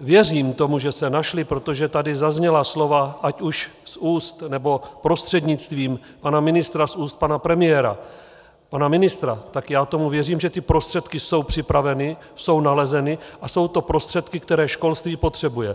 věřím tomu, že se našly, protože tady zazněla slova ať už z úst, nebo prostřednictvím pana ministra z úst pana premiéra, pana ministra, tak já tomu věřím, že ty prostředky jsou připraveny, jsou nalezeny, a jsou to prostředky, které školství potřebuje.